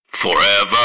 FOREVER